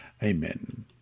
Amen